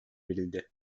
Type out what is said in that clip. verildi